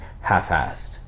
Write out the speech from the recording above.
half-assed